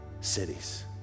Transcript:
cities